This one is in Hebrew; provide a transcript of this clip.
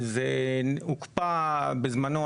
זה הוקפא בזמנו,